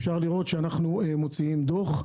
ואפשר לראות שאנחנו מוציאים דוח,